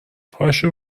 پاشو